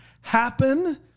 happen